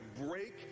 break